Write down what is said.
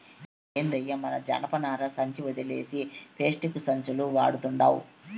ఏందయ్యో మన జనపనార సంచి ఒదిలేసి పేస్టిక్కు సంచులు వడతండావ్